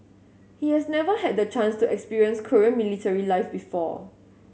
he has never had the chance to experience Korean military life before